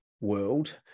world